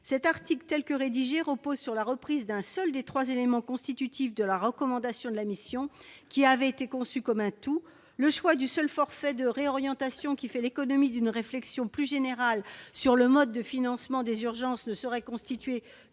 Cet article tel que rédigé repose sur la reprise d'un seul des trois éléments constitutifs de la recommandation de la mission, qui avait été conçue comme un tout. Le choix du seul forfait de réorientation, qui fait l'économie d'une réflexion plus générale sur le mode de financement des urgences, ne saurait constituer